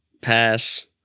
pass